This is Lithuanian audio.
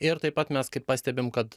ir taip pat mes kaip pastebim kad